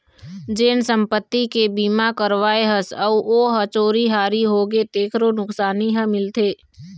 जेन संपत्ति के बीमा करवाए हस अउ ओ ह चोरी हारी होगे तेखरो नुकसानी ह मिलथे